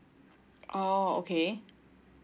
oh okay